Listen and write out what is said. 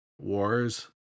Wars